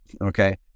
okay